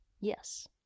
Yes